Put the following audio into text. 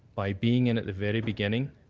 by being in at the very beginning,